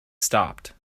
stopped